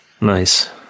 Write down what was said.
Nice